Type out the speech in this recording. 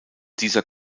dieser